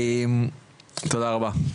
תודה רבה.